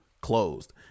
closed